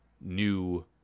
new